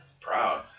proud